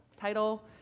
title